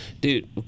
dude